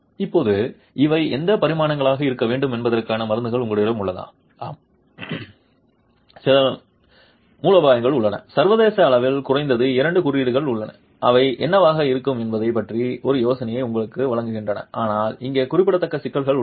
இப்போது இவை எந்த பரிமாணங்களாக இருக்க வேண்டும் என்பதற்கான மருந்துகள் உங்களிடம் உள்ளதா ஆம் சில மருந்துகள் உள்ளன சர்வதேச அளவில் குறைந்தது இரண்டு குறியீடுகள் உள்ளன இவை என்னவாக இருக்கும் என்பதைப் பற்றிய ஒரு யோசனையை உங்களுக்கு வழங்குகின்றன ஆனால் இங்கே குறிப்பிடத்தக்க சிக்கல்கள் உள்ளன